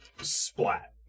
splat